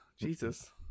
Jesus